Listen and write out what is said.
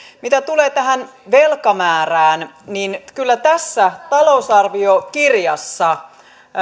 mitä tulee tähän velkamäärään niin kyllä tässä talousarviokirjassa